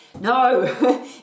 No